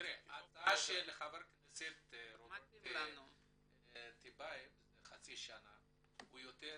ההצעה של חבר הכנסת רוברט טיבייב זה חצי שנה, יותר